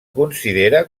considera